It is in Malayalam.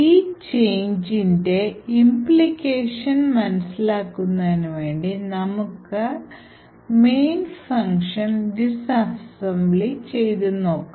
ഈ ചേഞ്ച് ഇൻറെ implication മനസ്സിലാക്കുന്നതിന് വേണ്ടി നമുക്ക് main ഫംഗ്ഷൻ ഡിസ്അസംബ്ലി ചെയ്തു നോക്കാം